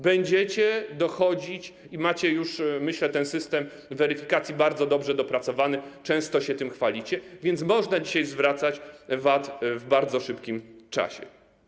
Będziecie dochodzić i macie już, myślę, ten system weryfikacji bardzo dobrze dopracowany, często się tym chwalicie, więc można dzisiaj zwracać VAT w bardzo szybkim czasie.